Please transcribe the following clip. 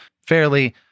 Fairly